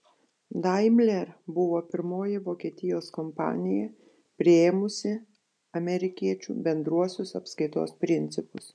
daimler buvo pirmoji vokietijos kompanija priėmusi amerikiečių bendruosius apskaitos principus